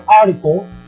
article